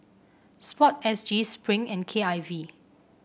sport S G Spring and K I V